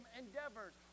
endeavors